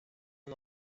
nie